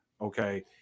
Okay